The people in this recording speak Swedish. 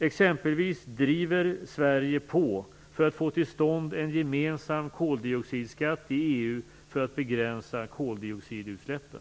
Exempelvis driver Sverige på för att få till stånd en gemensam koldioxidskatt i EU som begränsar koldioxidutsläppen.